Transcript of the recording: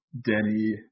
Denny